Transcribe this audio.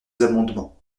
amendements